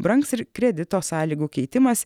brangs ir kredito sąlygų keitimas